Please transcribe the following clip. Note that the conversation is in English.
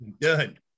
Done